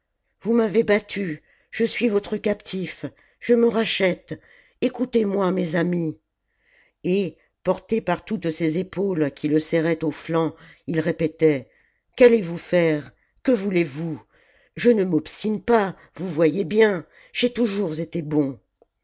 vous mavez battu je suis votre captif je me rachète ecoutez-moi mes amis et porté par toutes ces épaules qui le serraient aux flancs il répétait qu'allez-vous faire que voulez-vous je ne m'obstine pas vous voyez bien j'ai toujours été bon